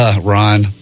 Ron